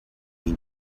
need